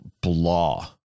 blah